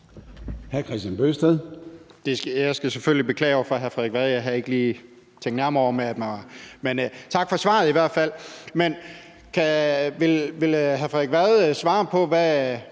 Hr. Kristian Bøgsted.